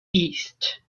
east